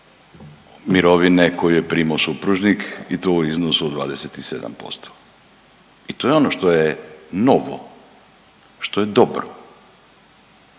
mirovine koju je primao supružnik i to u iznosu od 27% i to je ono što je novo, što je dobro.